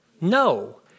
No